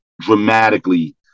dramatically